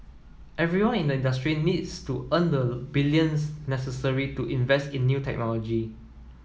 everyone in the industry needs to earn the billions necessary to invest in new technology